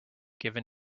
given